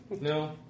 No